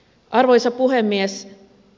arvoisa puhemies